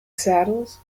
saddles